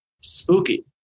Spooky